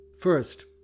First